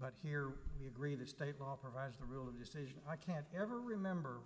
but here we agree that state law provides the rule of decision i can't ever remember